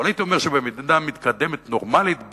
אבל הייתי אומר שבמדינה מתקדמת נורמלית,